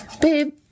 Babe